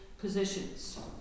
positions